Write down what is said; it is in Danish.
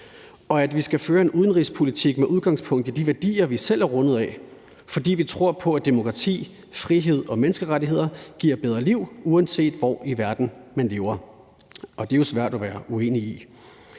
der: »Vi skal føre en ... udenrigspolitik med udgangspunkt i de værdier, vi selv er rundet af. Fordi vi tror på, at demokrati, frihed og menneskerettigheder giver bedre liv uanset hvor i verden, man lever.« Det er jo svært at være uenig i.